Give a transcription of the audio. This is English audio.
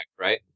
right